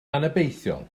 anobeithiol